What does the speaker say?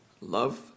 Love